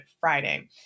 Friday